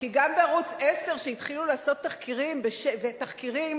כי גם בערוץ-10, כשהתחילו לעשות תחקירים, ותחקירים